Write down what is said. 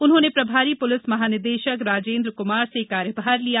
उन्होंने प्रभारी पुलिस महानिदेशक राजेंद्र कुमार से कार्यभार लिया